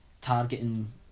targeting